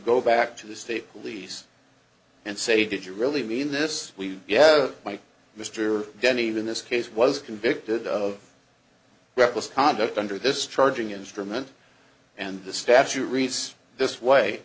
go back to the state police and say did you really mean this yeah like mr denny in this case was convicted of reckless conduct under this trudging instrument and the statute reads this way